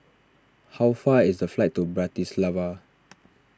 how far is the flight to Bratislava